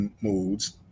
moods